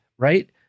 right